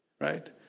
right